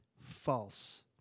false